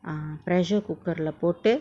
err pressure cooker lah pot